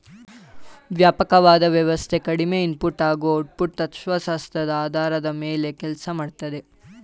ವ್ಯಾಪಕವಾದ ವ್ಯವಸ್ಥೆ ಕಡಿಮೆ ಇನ್ಪುಟ್ ಹಾಗೂ ಔಟ್ಪುಟ್ ತತ್ವಶಾಸ್ತ್ರದ ಆಧಾರದ ಮೇಲೆ ಕೆಲ್ಸ ಮಾಡ್ತದೆ